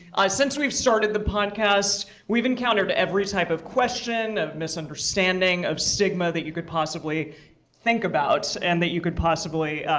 since we've started the podcast, we've encountered every type of question, of misunderstanding, of stigma, that you could possibly think about and that you could possibly